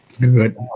Good